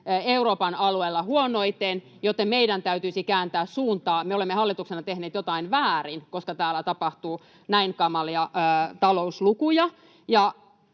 Euroopan alueella huonoiten, joten meidän täytyisi kääntää suuntaa, että me olemme hallituksena tehneet jotain väärin, koska täällä tapahtuu näin kamalia talouslukuja.